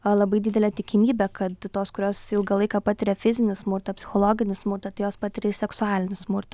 labai didelė tikimybė kad tos kurios ilgą laiką patiria fizinį smurtą psichologinį smurtą tai jos patiria ir seksualinį smurtą